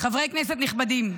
חברי כנסת נכבדים,